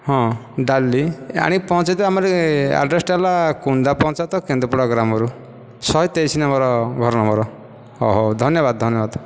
ହଁ ଡାଲି ଆଣି ପହଞ୍ଚେଇଦିଅ ଆମରି ଆଡ୍ରେସଟା ହେଲା କୁନ୍ଦା ପଞ୍ଚାୟତ କେନ୍ଦୁପଡ଼ା ଗ୍ରାମରୁ ଶହେ ତେଇଶି ନମ୍ବର ଘର ନମ୍ବର ହଁ ହେଉ ଧନ୍ୟବାଦ ଧନ୍ୟବାଦ